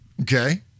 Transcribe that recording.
Okay